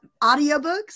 audiobooks